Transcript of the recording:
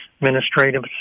administrative